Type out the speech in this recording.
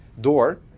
door